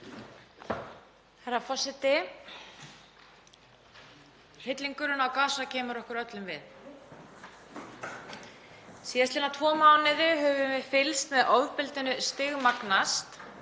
Herra forseti. Hryllingurinn á Gaza kemur okkur öllum við. Síðastliðna tvo mánuði höfum við fylgst með ofbeldinu stigmagnast.